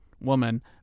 woman